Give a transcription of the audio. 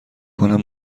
کنم